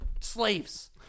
Slaves